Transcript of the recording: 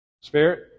spirit